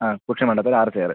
ആ കുഷ്യൻ വേണ്ടാത്ത ഒര് ആറ് ചെയറ്